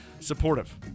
Supportive